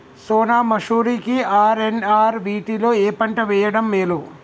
సోనా మాషురి కి ఆర్.ఎన్.ఆర్ వీటిలో ఏ పంట వెయ్యడం మేలు?